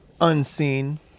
unseen